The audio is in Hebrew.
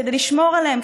כדי לשמור עליהם,